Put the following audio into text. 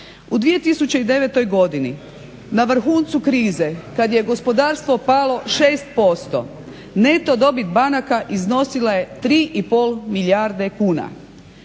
U 2009. godini na vrhuncu krize kad je gospodarstvo palo 6%, neto dobit banaka iznosila je 3,5 milijarde kuna.